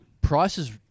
prices